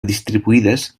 distribuïdes